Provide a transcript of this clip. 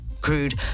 crude